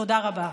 תודה רבה.